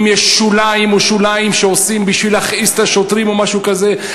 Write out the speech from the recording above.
אם יש שוליים שעושים בשביל להכעיס את השוטרים או משהו כזה,